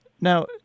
Now